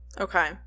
Okay